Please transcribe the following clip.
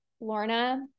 Lorna